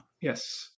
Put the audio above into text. Yes